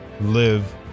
live